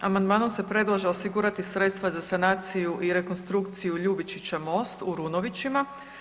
Amandmanom se predlaže osigurati sredstva za sanaciju i rekonstrukciju Ljubičićev most u Runovićima.